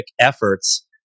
efforts